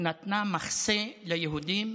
שנתנה מחסה ליהודים,